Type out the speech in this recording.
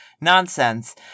nonsense